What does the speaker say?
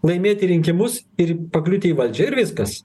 laimėti rinkimus ir pakliūti į valdžią ir viskas